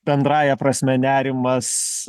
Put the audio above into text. bendrąja prasme nerimas